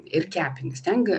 ir kepenys ten ga